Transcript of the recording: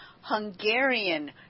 Hungarian